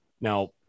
Now